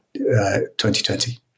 2020